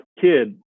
kid